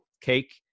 cake